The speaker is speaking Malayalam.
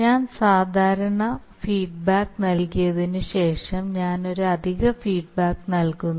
ഞാൻ സാധാരണ ഫീഡ്ബാക്ക് നൽകിയതിനുശേഷം ഞാൻ ഒരു അധിക ഫീഡ്ബാക്ക് നൽകുന്നു